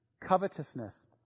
covetousness